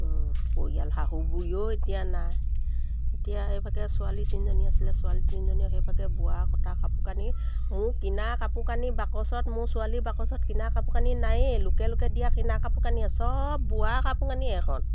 পৰিয়াল শাহু বুঢ়ীও এতিয়া নাই এতিয়া সেইফাকে ছোৱালী তিনিজনী আছিলে ছোৱালী তিনিজনী সেইফাকে বোৱা কটা কাপোৰ কানি মোৰ কিনা কাপোৰ কানি বাকচত মোৰ ছোৱালী বাকচত কিনা কাপোৰ কানি নায়ে লোকে লোকে দিয়া কিনা কাপোৰ কানি চব বোৱা কাপোৰ কানি এখন